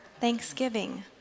thanksgiving